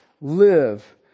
live